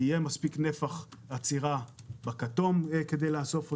שיהיה מספיק נפח אצירה במכל הכתום כדי לאסוף אותם,